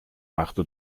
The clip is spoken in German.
machte